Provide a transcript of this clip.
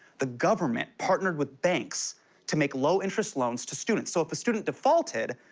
the government partnered with banks to make low-interest loans to students. so if the student defaulted,